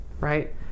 right